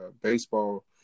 baseball